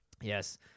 Yes